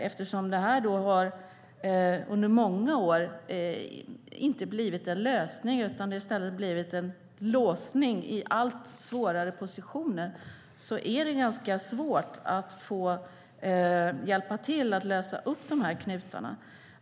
Eftersom det under många år inte har kommit en lösning utan i stället en låsning i allt svårare positioner är det ganska svårt att hjälpa till att lösa upp knutarna.